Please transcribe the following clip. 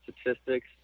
statistics